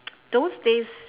those days